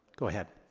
go ahead.